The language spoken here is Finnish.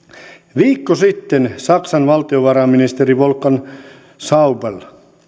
viikko sitten saksan valtiovarainministeri wolfgang schäuble